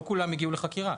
לא כולם הגיעו לחקירה.